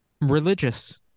religious